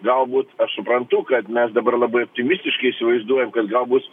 galbūt aš suprantu kad mes dabar labai optimistiški įsivaizduojam kad gal bus